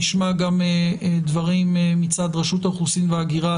נשמע גם דברים מצד רשות האוכלוסין וההגירה,